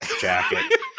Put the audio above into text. jacket